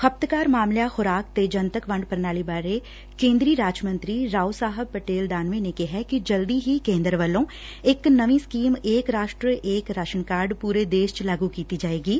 ਖਪਤਕਾਰ ਮਾਮਲਿਆਂ ਖੁਰਾਕ ਤੇ ਜਨਤਕ ਵੰਡ ਪ੍ਰਣਾਲੀ ਬਾਰੇ ਕੇਂਦਰੀ ਰਾਜ ਮੰਤਰੀ ਰਾਓ ਸਾਹਿਬ ਪਟੇਲ ਦਾਨਵੇ ਨੇ ਕਿਹੈ ਕਿ ਜਲਦੀ ਹੀ ਕੇਂਦਰ ਵੱਲੋਂ ਇਕ ਨਵੀਂ scheme Ek Rashtra Ek ration card ਪੁਰੇ ਦੇਸ਼ ਚ ਲਾਗੁ ਕੀਤੀ ਜਾਏਗੀ